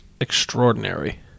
extraordinary